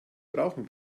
brauchen